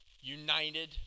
united